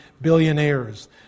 billionaires